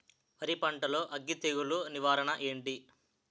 వరి పంటలో అగ్గి తెగులు నివారణ ఏంటి?